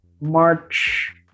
March